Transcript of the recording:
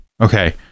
Okay